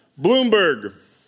Bloomberg